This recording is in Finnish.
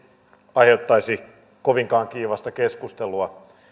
aiheuttaisi kovinkaan kiivasta keskustelua